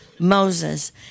Moses